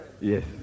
Yes